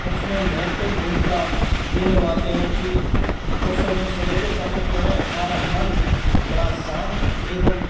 उसमें महत्वपूर्ण भूमिका ये निभाते हैं कि उस समय सुबह के समय जो है हमारा मन बड़ा शांत एवं